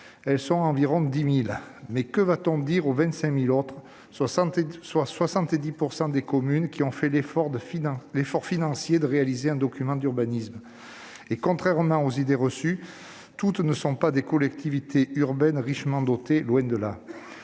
Elles sont environ 10 000, mais que va-t-on dire aux 25 000 autres, soit 70 % des communes, qui, elles, ont fait l'effort financier de réaliser un document d'urbanisme ? Contrairement aux idées reçues, toutes ne sont pas des collectivités urbaines richement dotées, loin de là